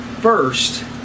first